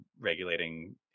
regulating